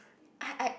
I I